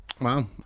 Wow